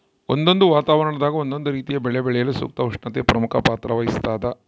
ಒಂದೊಂದು ವಾತಾವರಣದಾಗ ಒಂದೊಂದು ರೀತಿಯ ಬೆಳೆ ಬೆಳೆಯಲು ಸೂಕ್ತ ಉಷ್ಣತೆ ಪ್ರಮುಖ ಪಾತ್ರ ವಹಿಸ್ತಾದ